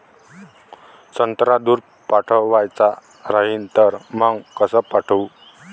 संत्रा दूर पाठवायचा राहिन तर मंग कस पाठवू?